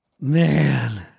Man